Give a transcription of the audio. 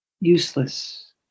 useless